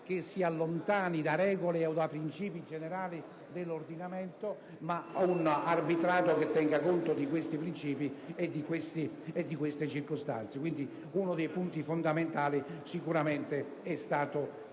che si allontani dalle regole o dai principi generali dell'ordinamento, ma di un arbitrato che tiene conto di questi principi e di queste circostanze. Quindi, uno dei punti fondamentali sicuramente è stato